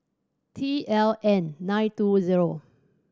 T L N nine two zero